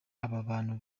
abantu